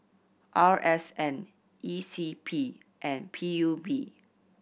R S N E C P and P U B